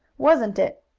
wasn't it?